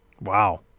Wow